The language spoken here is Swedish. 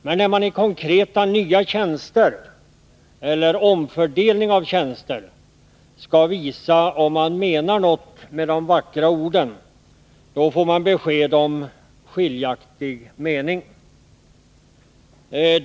Men när man i fråga om konkreta nya tjänster eller omfördelning av tjänster skall visa om man menar något med de vackra orden, då får vi besked om skiljaktiga meningar.